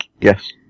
Yes